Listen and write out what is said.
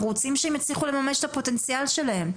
אנחנו רוצים שהם יצליחו לממש את הפוטנציאל שלהם.